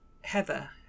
Heather